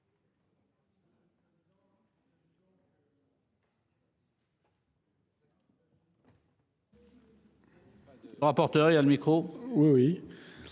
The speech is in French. ...